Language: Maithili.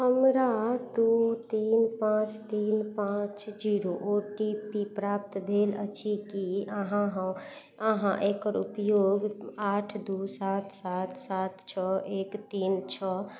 हमरा दुइ तीन पाँच तीन पाँच जीरो ओ टी पी प्राप्त भेल अछि कि अहाँ अहाँ एकर उपयोग आठ दुइ सात सात सात छओ एक तीन छओ